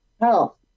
health